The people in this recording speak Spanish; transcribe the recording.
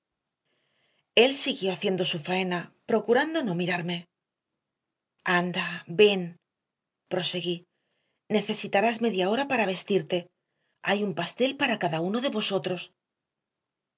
él siguió haciendo su faena procurando no mirarme anda ven proseguí necesitarás media hora para vestirte hay un pastel para cada uno de vosotros